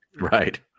Right